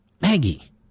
Maggie